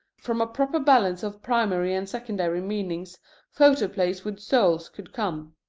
from a proper balance of primary and secondary meanings photoplays with souls could come.